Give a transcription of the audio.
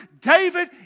David